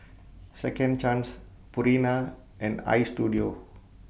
Second Chance Purina and Istudio